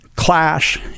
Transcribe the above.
clash